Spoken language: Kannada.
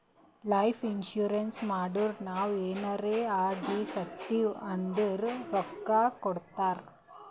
ಲೈಫ್ ಇನ್ಸೂರೆನ್ಸ್ ಮಾಡುರ್ ನಾವ್ ಎನಾರೇ ಆಗಿ ಸತ್ತಿವ್ ಅಂದುರ್ ರೊಕ್ಕಾ ಕೊಡ್ತಾರ್